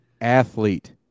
Athlete